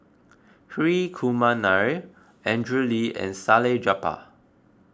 Hri Kumar Nair Andrew Lee and Salleh Japar